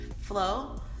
flow